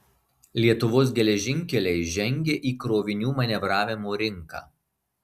lietuvos geležinkeliai žengia į krovinių manevravimo rinką